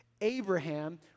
Abraham